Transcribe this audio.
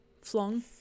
flung